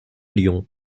lion